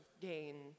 gain